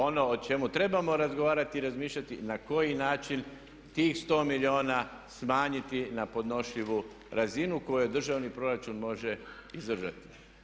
Ono o čemu trebamo razgovarati i razmišljati na koji način tih 100 milijuna smanjiti na podnošljivu razinu koju državni proračun može izdržati.